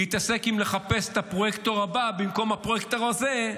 להתעסק בחיפוש הפרויקטור הבא במקום הפרויקט הזה,